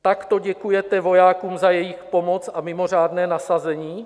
Takto děkujete vojákům za jejich pomoc a mimořádné nasazení?